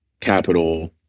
capital